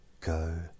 go